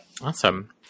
Awesome